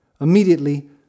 Immediately